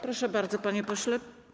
Proszę bardzo, panie pośle.